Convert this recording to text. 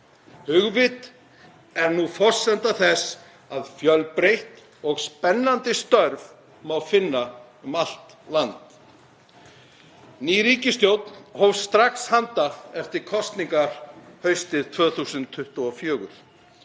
Hugvit er nú forsenda þess að fjölbreytt og spennandi störf má finna um allt land. Ný ríkisstjórn hófst strax handa eftir kosningar haustið 2024.